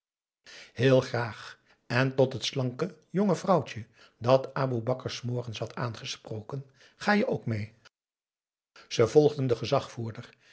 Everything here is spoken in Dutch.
heel graag en tot het slanke jonge vrouwtje dat aboe bakar s morgens had aangesproken ga je ook mee ze volgden den gezagvoerder